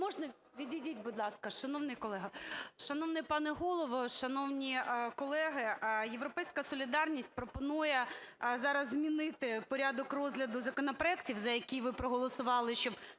Можна? Відійдіть, будь ласка, шановний колего. Шановний пане Голово, шановні колеги! "Європейська солідарність" пропонує зараз змінити порядок розгляду законопроектів, за який ви проголосували, щоб